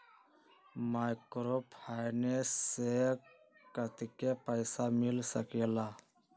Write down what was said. Microfinance से कतेक पैसा मिल सकले ला?